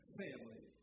family